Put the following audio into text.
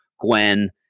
Gwen